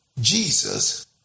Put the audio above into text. Jesus